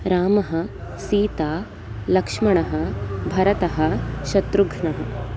रामः सीता लक्ष्मणः भरतः शत्रुघ्नः